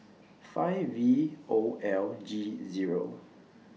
five V O L G Zero